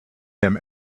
him